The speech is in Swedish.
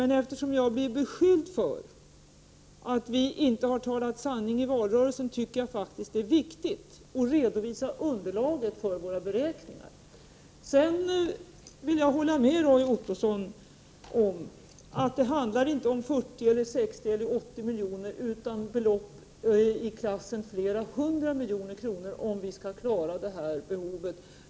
Men eftersom jag blir utsatt för beskyllningen att vi inte har talat sanning i valrörelsen, tycker jag faktiskt att det är viktigt att redovisa underlaget för våra beräkningar. Sedan vill jag hålla med Roy Ottosson om att det inte handlar om 40, 60 eller 80 miljoner utan belopp i klassen flera hundra miljoner kronor om vi skall klara det här behovet.